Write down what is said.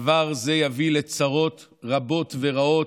דבר זה יביא לצרות רבות ורעות,